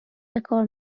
بکار